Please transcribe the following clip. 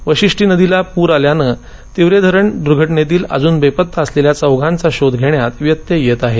वाशिष्ठी नदीला पूर आल्यानं तिवरे धरण दूर्घटनेतील अजून बेपत्ता असलेल्या चौघांचा शोध घेण्यात व्यत्यय येत आहे